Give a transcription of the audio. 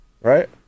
Right